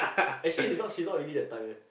actually she's not she's not really that type eh